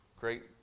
great